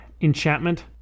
enchantment